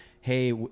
hey